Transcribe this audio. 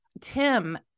Tim